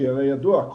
כי הרי ידוע,